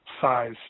size